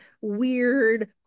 weird